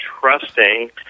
trusting